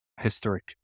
historic